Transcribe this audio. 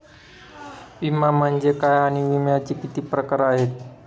विमा म्हणजे काय आणि विम्याचे किती प्रकार आहेत?